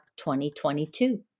2022